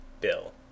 Bill